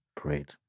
Great